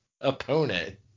opponent